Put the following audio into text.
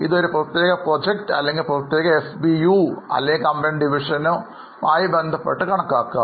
ഇത് ഒരു പ്രത്യേക പ്രോജക്റ്റ് അല്ലെങ്കിൽ ഒരു പ്രത്യേക എസ്ബിയു അല്ലെങ്കിൽ കമ്പനിയുടെ ഡിവിഷനോ കണക്കാക്കാം